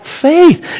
faith